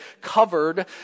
covered